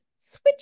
switch